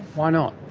why not?